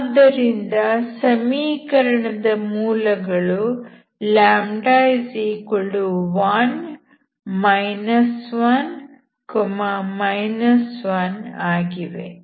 ಆದ್ದರಿಂದ ಸಮೀಕರಣದ ಮೂಲಗಳು λ1 1 1 ಆಗಿವೆ